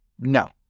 No